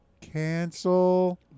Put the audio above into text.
Cancel